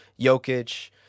Jokic